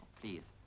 Please